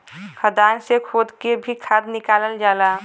खदान से खोद के भी खाद निकालल जाला